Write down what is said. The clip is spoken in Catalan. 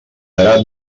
drap